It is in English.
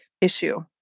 issue